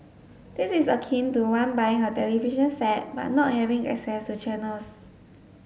this is akin to one buying a television set but not having assess to channels